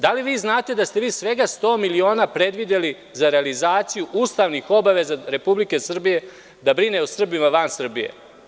Da li vi znate da ste vi svega 100 miliona predvideli za realizaciju ustavnih obaveza Republike Srbije da brine o Srbima van Srbije?